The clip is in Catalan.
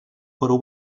perú